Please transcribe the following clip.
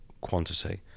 quantity